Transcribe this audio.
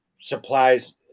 supplies